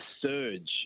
surge